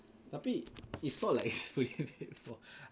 tapi it's not like exclusive for